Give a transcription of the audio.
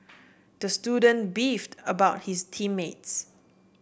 the student beefed about his team mates